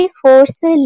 force